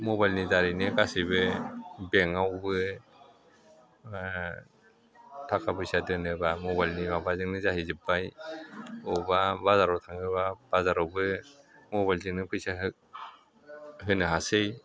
मबाइलनि दारैनो गासैबो बेंकआवबो थाखा फैसा दोनोबा मबाइलनि माबाजोंनो जाहै जोब्बाय बबेबा बाजाराव थाङोबा बाजारावबो मबाइलजोंनो फैसा होनो हासै